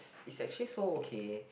it's actually so okay